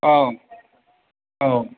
औ औ